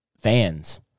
fans